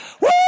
Woo